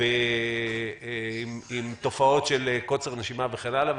עם תופעות של קוצר נשימה, וכן הלאה.